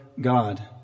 God